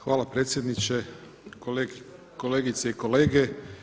Hvala predsjedniče, kolegice i kolege.